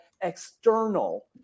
external